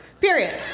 Period